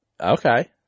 Okay